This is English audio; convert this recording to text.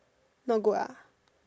not good ah